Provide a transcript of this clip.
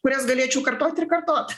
kurias galėčiau kartot ir kartot